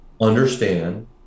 understand